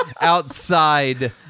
outside